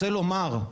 רוצה לומר,